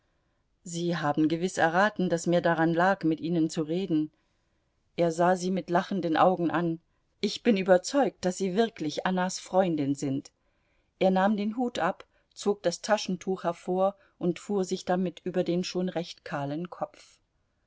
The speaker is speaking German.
sie haben gewiß erraten daß mir daran lag mit ihnen zu reden er sah sie mit lachenden augen an ich bin überzeugt daß sie wirklich annas freundin sind er nahm den hut ab zog das taschentuch hervor und fuhr sich damit über den schon recht kahlen kopf